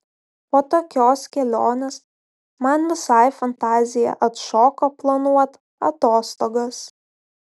po tokios kelionės man visai fantazija atšoko planuot atostogas